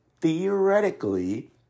theoretically